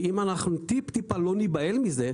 שאם אנחנו טיפ-טיפה לא ניבהל מזה,